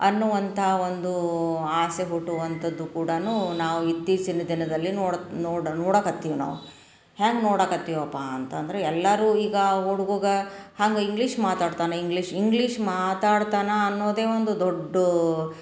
ಅನ್ನುವಂಥ ಒಂದು ಆಸೆ ಹುಟ್ಟುವಂಥದ್ದು ಕೂಡಾ ನಾವು ಇತ್ತೀಚಿನ ದಿನದಲ್ಲಿ ನೋಡಿ ನೋಡತಾ ನೋಡಕತ್ತೀವಿ ನಾವು ಹ್ಯಾಂಗೆ ನೋಡಕ್ಕತ್ತೀವಪ್ಪ ಅಂತಂದ್ರೆ ಎಲ್ಲರು ಈಗ ಹುಡ್ಗಗ ಹಂಗೆ ಇಂಗ್ಲೀಷ್ ಮಾತಾಡ್ತಾನೆ ಇಂಗ್ಲೀಷ್ ಇಂಗ್ಲೀಷ್ ಮಾತಾಡ್ತಾನೆ ಅನ್ನೋದೇ ಒಂದು ದೊಡ್ಡ